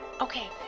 Okay